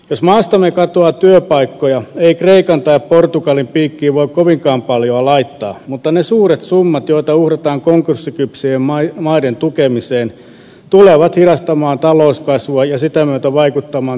jos maastamme katoaa työpaikkoja ennen kristusta ikan tai portugalin piikkiin voi kovinkaan paljoa laittaa mutta ne suuret summat joita uhrataan konkurssikypsien maiden tukemiseen tulevat hidastamaan talouskasvua ja sitä myöten vaikuttamaan työllisyyteen kielteisesti